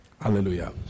Hallelujah